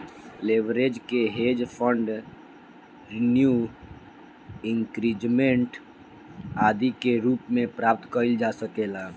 leverage के hedge fund renew increment आदि के रूप में प्राप्त कईल जा सकेला